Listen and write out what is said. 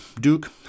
Duke